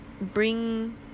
bring